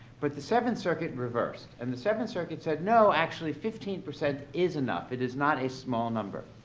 but the seventh circuit reversed and the seventh circuit said, no, actually fifteen percent is enough. it is not a small number.